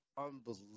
unbelievable